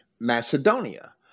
Macedonia